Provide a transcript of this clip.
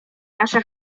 nasza